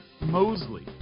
Mosley